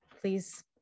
please